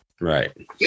Right